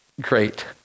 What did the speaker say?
great